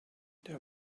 there